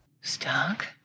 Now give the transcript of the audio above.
stark